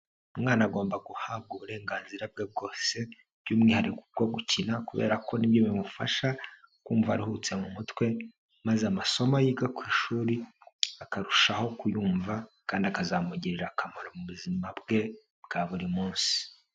Umwana agomba guhabwa uburenganzira bwe bwose, by'umwihariko bwo gukina kubera ko nibyo bimufasha kumva aruhutse mu mutwe, maze amasomo yiga ku ishuri akarushaho kuyumva kandi akazamugirira akamaro mu buzima bwe bwa buri munsi.